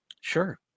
Sure